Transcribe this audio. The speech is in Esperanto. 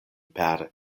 per